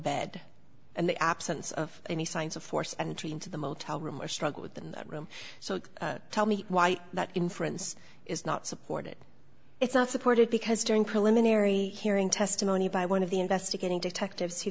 bed and the absence of any signs of force and tree into the motel room or struggle within that room so tell me why that inference is not supported it's not supported because during preliminary hearing testimony by one of the investigating detectives